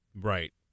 right